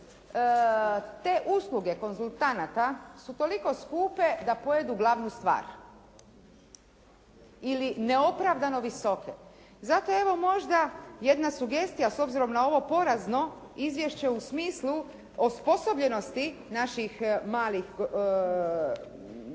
te usluge konzultanata su toliko skupe, da pojedu glavnu stvar. Ili neopravdano visoke. Zato evo možda jedna sugestija s obzirom na ovo porazno izvješće u smislu osposobljenosti naših malih